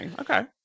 okay